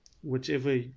whichever